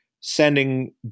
sending